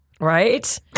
Right